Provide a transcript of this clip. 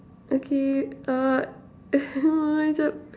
okay uh